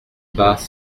bas